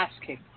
asking